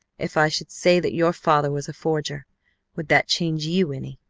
if i should say that your father was a forger would that change you any?